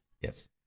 Yes